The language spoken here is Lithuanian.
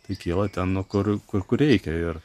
tai kyla ten kur kur kur reikia ir